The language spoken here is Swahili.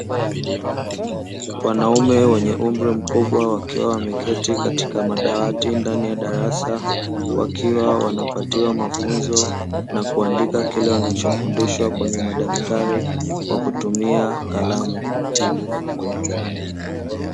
Wanaume wenye umri mkubwa, wakiwa wameketi katika madawati ndani ya darasa, wakiwa wanapatiwa mafunzo na kuandika kile wanachofundishwa kwenye madaftari kwa kutumia kalamu.